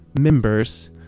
members